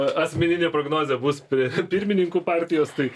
a asmeninė prognozė bus pri pirmininku partijos tai